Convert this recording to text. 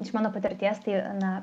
iš mano patirties tai na